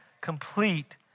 complete